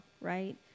right